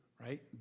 right